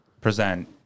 present